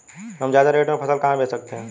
हम ज्यादा रेट में फसल कहाँ बेच सकते हैं?